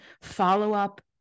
follow-up